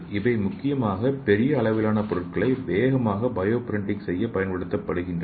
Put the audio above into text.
இவை முக்கியமாக பெரிய அளவிலான பொருட்களை வேகமாக பயோ பிரிண்டிங் செய்ய பயன்படுத்தப்படுகின்றன